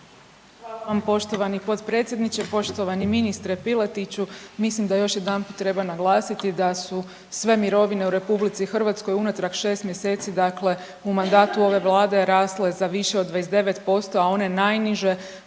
Hvala vam poštovani potpredsjedniče. Poštovani ministre Piletiću, mislim da još jedanput treba naglasiti da su sve mirovine u RH unatrag 6 mjeseci dakle u mandatu ove vlade rasle za više od 29%, a one najniže za